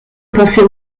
pensée